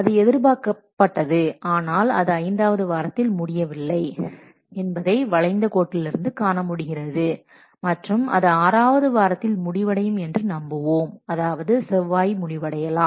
அது எதிர்பார்க்கப்பட்டது ஆனால் அது ஐந்தாவது வாரத்தில் முடியவில்லை என்பதை வளைந்த கோட்டிலிருந்து காணமுடிகிறது மற்றும் அது ஆறாவது வாரத்தில் முடிவடையும் என்று நம்புவோம் அதாவது செவ்வாய் முடிவடையலாம்